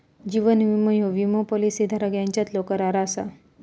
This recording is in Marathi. जीवन विमो ह्यो विमो पॉलिसी धारक यांच्यातलो करार असा